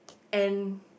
and